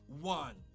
one